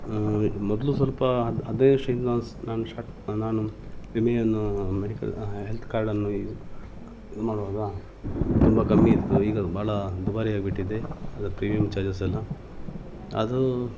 ಮೊದಲು ಸ್ವಲ್ಪ ಹದ್ ಹದಿನೈದು ವರ್ಷ ಹಿಂದೆ ನಾಸ್ ನಾನು ಶಾಟ್ ನಾನು ವಿಮೆಯನ್ನು ಮೆಡಿಕಲ್ ಹೆಲ್ತ್ ಕಾರ್ಡನ್ನು ಇದು ಇದು ಮಾಡುವಾಗ ತುಂಬ ಕಮ್ಮಿಯಿತ್ತು ಈಗ ಭಾಳ ದುಬಾರಿಯಾಗಿಬಿಟ್ಟಿದೆ ಅದ್ರ ಪ್ರೀಮಿಯಮ್ ಚಾರ್ಜಸ್ ಎಲ್ಲ ಅದು